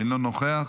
אינו נוכח,